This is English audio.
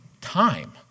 time